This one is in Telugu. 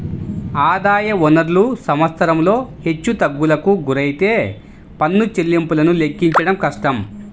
ఆదాయ వనరులు సంవత్సరంలో హెచ్చుతగ్గులకు గురైతే పన్ను చెల్లింపులను లెక్కించడం కష్టం